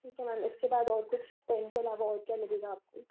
ठीक है मैम इसके बाद और कुछ पेन के अलवा और क्या लगेगा आपको